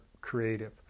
creative